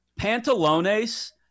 pantalones